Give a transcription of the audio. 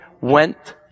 went